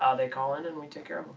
ah they call in and we'll take care